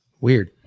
Weird